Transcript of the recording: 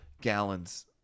gallons